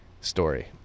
story